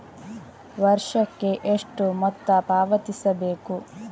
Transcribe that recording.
ವರ್ಷಕ್ಕೆ ಎಷ್ಟು ಮೊತ್ತ ಪಾವತಿಸಬೇಕು?